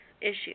issue